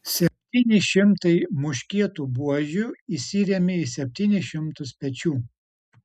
septyni šimtai muškietų buožių įsirėmė į septynis šimtus pečių